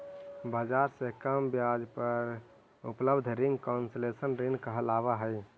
बाजार से कम ब्याज दर पर उपलब्ध रिंग कंसेशनल ऋण कहलावऽ हइ